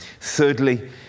Thirdly